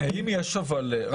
האם יש מסמך,